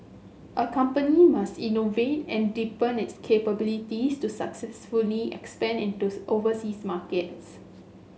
a company must innovate and deepen its capabilities to successfully expand into overseas markets